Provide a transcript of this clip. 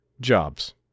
Jobs